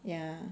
ya